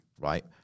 right